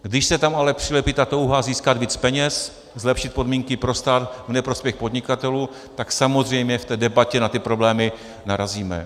Když se tam ale přilepí ta touha získat víc peněz, zlepšit podmínky pro stát v neprospěch podnikatelů, tak samozřejmě v debatě na ty problémy narazíme.